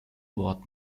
wort